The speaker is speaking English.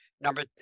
Number